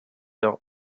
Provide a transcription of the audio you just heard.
leur